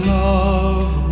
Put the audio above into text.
love